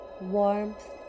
warmth